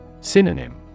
Synonym